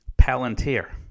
Palantir